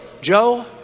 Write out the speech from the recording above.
Joe